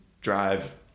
drive